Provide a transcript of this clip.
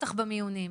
בטח במיונים,